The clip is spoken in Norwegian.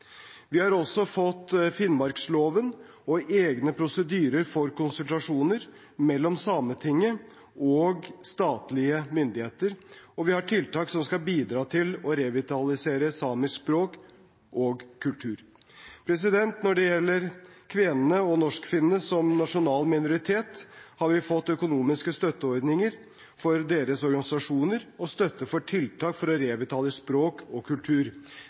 Vi har også fått finnmarksloven og egne prosedyrer for konsultasjoner mellom Sametinget og statlige myndigheter, og vi har tiltak som skal bidra til å revitalisere samisk språk og kultur. Når det gjelder kvenene og norsk-finnene som nasjonal minoritet, har vi fått økonomiske støtteordninger for deres organisasjoner og støtte for tiltak for å revitalisere språk og kultur.